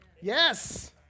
Yes